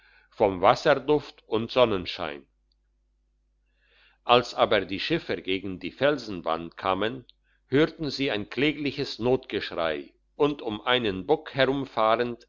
vom wasserduft und sonnenschein als aber die schiffer gegen die felsenwand kamen hörten sie ein klägliches notgeschrei und um einen buck herumfahrend